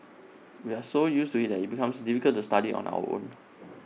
we are so used to IT that becomes difficult to study on our own